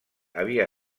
havia